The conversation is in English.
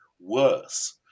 worse